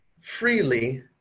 freely